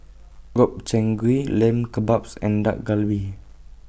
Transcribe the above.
Gobchang Gui Lamb Kebabs and Dak Galbi